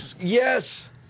Yes